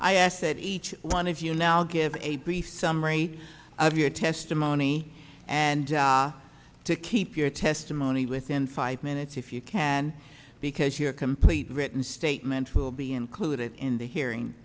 that each one of you now give a brief summary of your testimony and to keep your testimony within five minutes if you can because your complete written statement will be included in the hearing